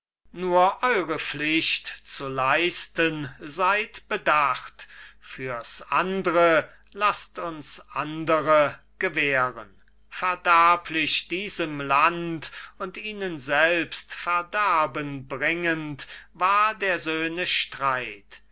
nur eure pflicht zu leisten seid bedacht für's andre laßt uns andere gewähren verderblich diesem land und ihnen selbst verderbenbringend war der söhne streit